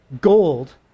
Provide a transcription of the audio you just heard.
gold